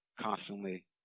constantly